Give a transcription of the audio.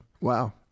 Wow